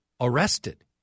arrested